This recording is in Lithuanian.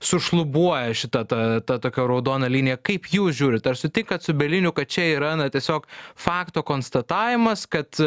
sušlubuoja šita ta ta tokia raudona linija kaip jūs žiūrit ar sutinkat su bieliniu kad čia yra na tiesiog fakto konstatavimas kad